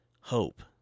hope